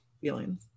feelings